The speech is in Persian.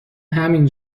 همین